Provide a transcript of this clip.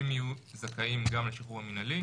הם יהיו זכאים גם לשחרור המינהלי,